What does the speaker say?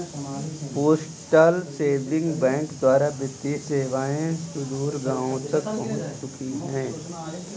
postal saving bank द्वारा वित्तीय सेवाएं सुदूर गाँवों तक पहुंच चुकी हैं